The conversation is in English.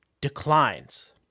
declines